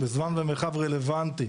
בזמן ומרחב רלוונטי.